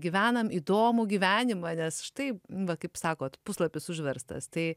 gyvenam įdomų gyvenimą nes štai va kaip sakot puslapis užverstas tai